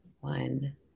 one